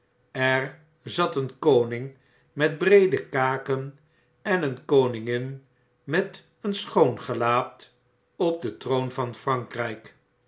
er zat een koning met breede kaken en eene koningin met een schoongelaat op den troon van frankrjjk